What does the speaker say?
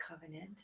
covenant